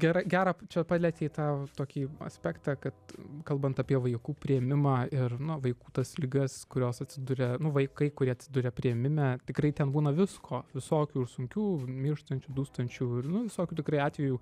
gera gerą čia palietei tą tokį aspektą kad kalbant apie vaikų priėmimą ir no vaikų tas ligas kurios atsiduria nu vaikai kurie atsiduria priėmime tikrai ten būna visko visokių ir sunkių mirštančių dūstančių ir nu visokių tikrai atvejų